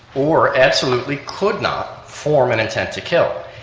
or absolutely could not form an intent to kill.